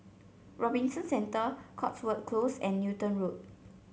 Robinson Centre Cotswold Close and Newton Road